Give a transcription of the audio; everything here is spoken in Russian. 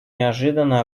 неожиданно